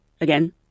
Again